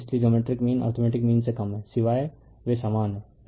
इसलिए geometric mean arithmetic mean से कम है सिवाय वे समान हैं